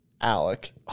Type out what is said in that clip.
Alec